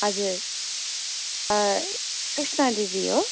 हजुर कृष्णा दिदी हो